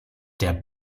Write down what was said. der